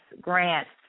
grants